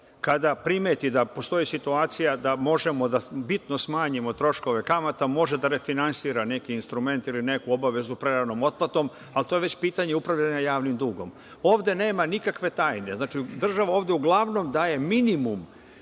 kada primeti da postoji situacija da možemo da bitno smanjimo troškove kamata, može da refinansira neki instrument, ili neku obavezu prevremenom otplatom, a to je već pitanje upravljanja javnim dugom. Ovde nema nikakve tajne, država ovde, uglavnom, daje minimum